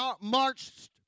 marched